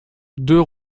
deux